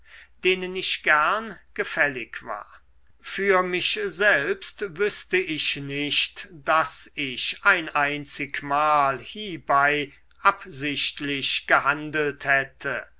denen ich gern gefällig war für mich selbst wüßte ich nicht daß ich ein einzig mal hiebei absichtlich gehandelt hätte